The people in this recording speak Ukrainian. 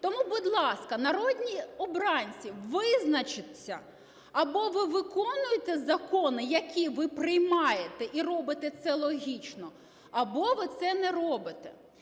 Тому, будь ласка, народні обранці, визначтеся: або ви виконуєте закони, які ви приймаєте, і робите це логічно, або ви це не робите.